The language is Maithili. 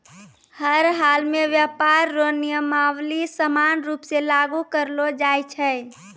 हर हालमे व्यापार रो नियमावली समान रूप से लागू करलो जाय छै